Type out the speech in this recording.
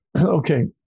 Okay